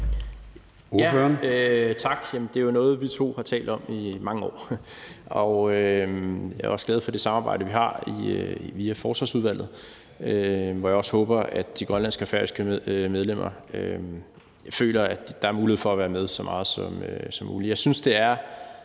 Jamen det er jo noget, vi to har talt om i mange år, og jeg er også glad for det samarbejde, vi har via Forsvarsudvalget, hvor jeg også håber, at de grønlandske og færøske medlemmer føler at der er mulighed for at være med så meget som muligt.